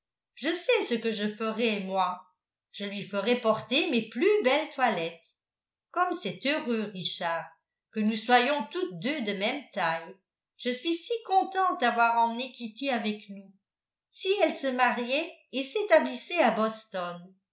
je sais ce que je ferai moi je lui ferai porter mes plus belles toilettes comme c'est heureux richard que nous soyons toutes deux de même taille je suis si contente d'avoir emmené kitty avec nous si